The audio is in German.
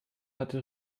hatte